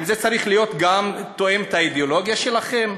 האם זה צריך להיות גם תואם את האידיאולוגיה שלכם,